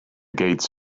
gates